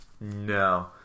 No